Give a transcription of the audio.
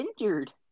injured